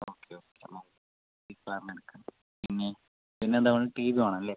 okay okay ആ ഈ പറഞ്ഞത് എടുക്കാം പിന്നെ പിന്നെ എന്താ ടിവി വേണം അല്ലേ